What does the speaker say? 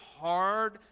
hard